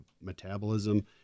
metabolism